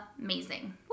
Amazing